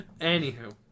Anywho